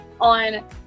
on